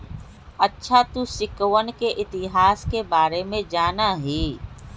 अच्छा तू सिक्कवन के इतिहास के बारे में जाना हीं?